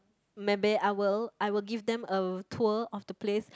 maybe I will I will give them a tour of the place